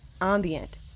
ambient